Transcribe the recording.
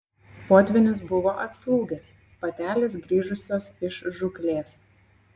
potvynis buvo atslūgęs patelės grįžusios iš žūklės